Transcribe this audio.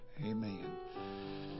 Amen